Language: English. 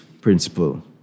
principle